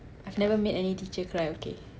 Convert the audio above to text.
I've never made any teacher cry okay